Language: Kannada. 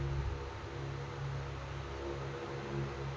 ಶೇಂಗಾ ಕೇಳಲು ಯಾವ ಯಂತ್ರ ಬಳಸಬೇಕು?